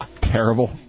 Terrible